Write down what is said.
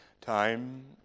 time